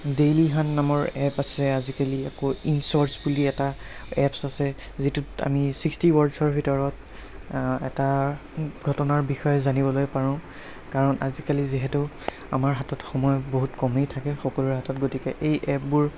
Dailyhunt নামৰ app আছে আজিকালি আকৌ ইনচৰ্ছ বুলি এটা এপছ আছে যিটোত আমি ছিক্সটি ৱৰ্ডছৰ ভিতৰত এটা ঘটনাৰ বিষয়ে জানিবলৈ পাৰোঁ কাৰণ আজিকালি যিহেতু আমাৰ হাতত সময় বহুত কমেই থাকে সকলোৰে হাতত গতিকে এই এপবোৰ